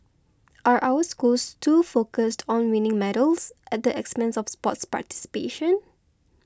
are our schools too focused on winning medals at the expense of sports participation